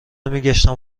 میگشتم